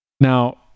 Now